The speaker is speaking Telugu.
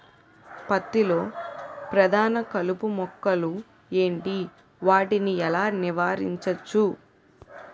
పత్తి లో ప్రధాన కలుపు మొక్కలు ఎంటి? వాటిని ఎలా నీవారించచ్చు?